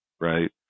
right